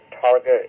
target